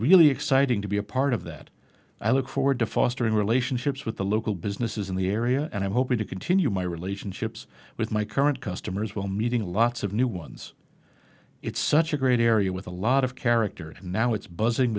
really exciting to be a part of that i look forward to fostering relationships with the local businesses in the area and i'm hoping to continue my relationships with my current customers will meeting lots of new ones it's such a great area with a lot of character and now it's buzzing